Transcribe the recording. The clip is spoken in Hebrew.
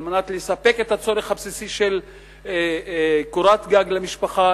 על מנת לספק את הצורך הבסיסי של קורת גג למשפחה,